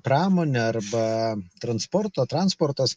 pramonė arba transporto transportas